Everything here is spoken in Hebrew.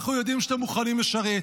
אנחנו יודעים שאתם מוכנים לשרת,